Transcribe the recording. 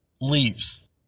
Leaves